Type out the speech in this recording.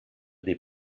des